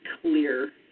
clear